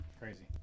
crazy